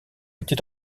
était